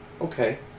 Okay